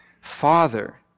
Father